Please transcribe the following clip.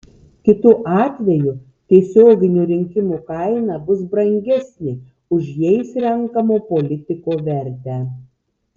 kitu atveju tiesioginių rinkimų kaina bus brangesnė už jais renkamo politiko vertę